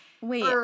wait